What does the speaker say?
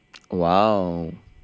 !wow!